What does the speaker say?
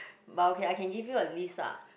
but okay I can give you a list ah